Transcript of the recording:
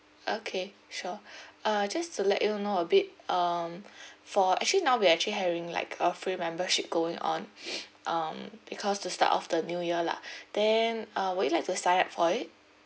okay sure uh just to let you know a bit um for actually now we actually having like a free membership going on um because to start off the new year lah then uh would you like to sign up for it